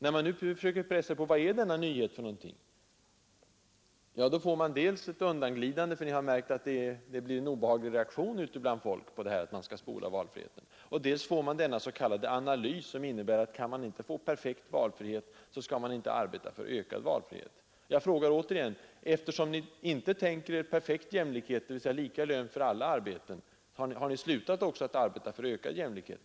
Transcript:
När man nu försöker pressa er, för att få veta vad denna nyhet är, får man dels ett undanglidande svar, för ni har märkt att det blir en negativ reaktion på talet om att man skall överge valfriheten, dels denna s.k. analys som innebär, att kan man inte få perfekt valfrihet, skall man inte arbeta för ökad valfrihet. Jag frågar återigen: Eftersom ni inte tänker er perfekt jämlikhet, dvs. lika lön för alla arbeten, har ni då slutat att arbeta för ökad jämlikhet?